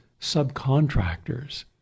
subcontractors